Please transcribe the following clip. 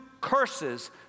curses